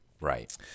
Right